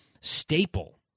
staple